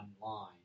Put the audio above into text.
online